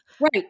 Right